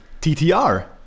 TTR